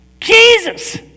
Jesus